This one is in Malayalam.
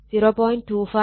25 10 3 Wb ആണ്